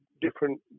different